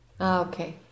Okay